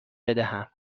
بدهم